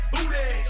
Booty